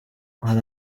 hari